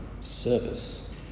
service